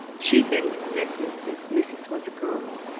she'd been with missus since missus was a girl.